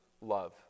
love